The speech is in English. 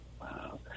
Wow